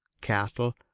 cattle